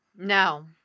No